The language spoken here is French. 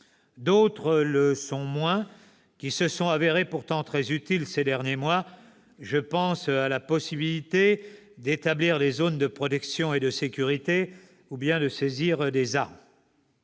D'autres le sont moins, mais se sont pourtant révélées très utiles ces derniers mois : je pense à la possibilité d'établir des zones de protection et de sécurité ou de saisir des armes.